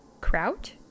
kraut